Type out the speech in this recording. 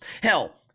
hell